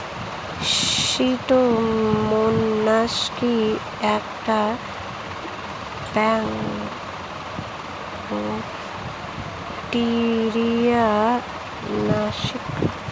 Pseudomonas কি একটা bacteria নাশক?